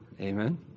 Amen